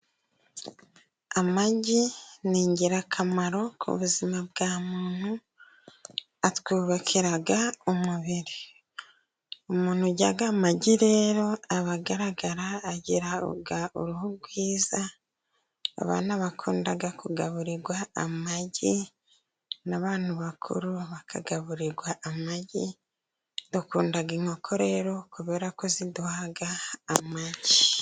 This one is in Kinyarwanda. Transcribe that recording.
Amagi ni ingirakamaro ku buzima bwa muntu atwubakira umubiri, umuntu urya amagi rero aba agaragara agira uruhu rwiza. Abana bakunda kugaburirwa amagi n'abantu bakuru bakagaburirwa amagi, dukunda inkoko rero kubera ko ziduha amagi.